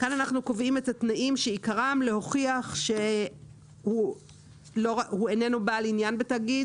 כאן אנחנו קובעים את התנאים שעיקרם להוכיח שהוא איננו בעל עניין בתאגיד,